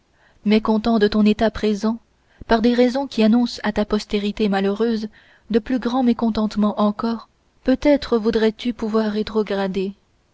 mécontent de ton état présent par des raisons qui annoncent à ta postérité malheureuse de plus grands mécontentements encore peut-être voudrais-tu pouvoir rétrograder